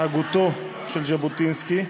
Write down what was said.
הגותו של ז'בוטינסקי,